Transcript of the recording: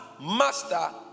master